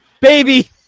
Baby